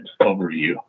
overview